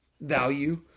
value